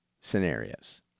scenarios